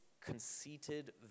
conceited